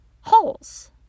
holes